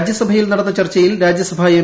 രാജ്യസഭയിൽ നടന്ന ചർച്ചയിൽ രാജ്യസഭാ എം